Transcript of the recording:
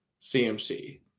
cmc